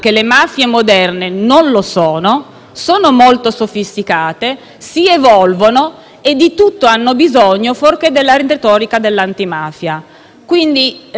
Sono molto sofisticate; si evolvono e di tutto hanno bisogno fuorché della retorica dell'antimafia. Nessuno più vuole mettere delle bandierine.